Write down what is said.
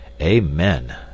Amen